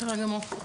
בסדר גמור.